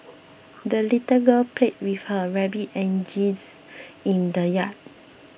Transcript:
the little girl played with her rabbit and geese in the yard